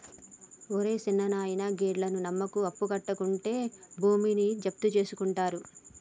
ఒరే సిన్నాయనా, గీళ్లను నమ్మకు, అప్పుకట్లకుంటే భూమి జప్తుజేసుకుంటరు